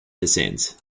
descent